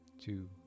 two